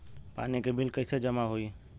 पानी के बिल कैसे जमा होयी?